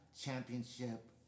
championship